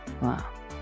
Wow